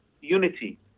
unity